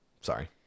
Sorry